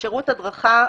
"שירות הדרכה"